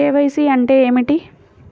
KYC అంటే ఏమిటి?